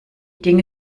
dinge